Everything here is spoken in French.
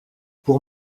pour